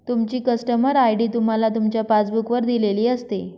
तुमची customer ID तुम्हाला तुमच्या पासबुक वर दिलेली असते